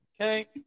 Okay